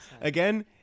Again